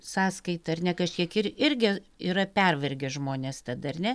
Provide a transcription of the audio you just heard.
sąskaita ar ne kažkiek ir irgi yra pervargę žmonės dar ne